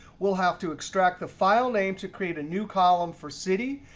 we'll have to extract the file name to create a new column for city.